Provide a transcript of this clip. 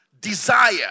desire